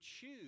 choose